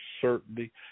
certainty